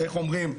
איך אומרים,